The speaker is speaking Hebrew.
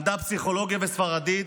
למדה פסיכולוגיה וספרדית,